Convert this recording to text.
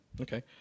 Okay